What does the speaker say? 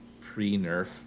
pre-nerf